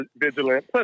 vigilant